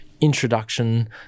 introduction